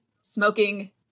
smoking